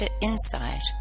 insight